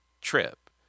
trip